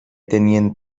tenien